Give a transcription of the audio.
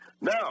Now